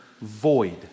void